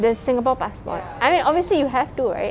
the singapore passport I mean obviously you have to right